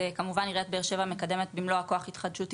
עיריית באר שבע מקדמת במלוא הכוח התחדשות עירונית.